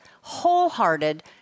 wholehearted